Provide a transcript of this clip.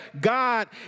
God